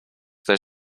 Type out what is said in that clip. their